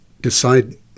decide